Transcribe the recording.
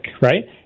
right